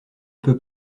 peut